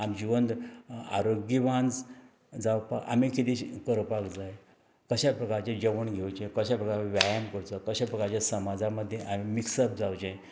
आमी जिवंद आरोग्यिवान जा जावपा आमी किदें शि करपाक जाय कश्या प्रकारचें जेवण घेवचें कसो प्रकार व्यायाम करचो कशा प्रकारचे समाजा मद्दे आमी मिक्सप जावचे